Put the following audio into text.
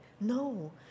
No